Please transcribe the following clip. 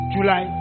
July